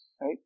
right